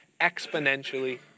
exponentially